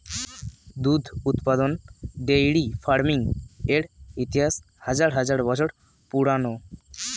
দুধ উৎপাদন dairy farming এর ইতিহাস হাজার হাজার বছর পুরানো